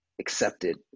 accepted